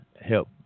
help